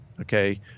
okay